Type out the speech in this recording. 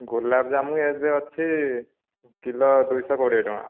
ଗୋଲାପଜାମୁ ଏବେ ଅଛି କିଲୋ ଦୁଇଶହ କୋଡ଼ିଏ ଟଙ୍କା